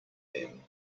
them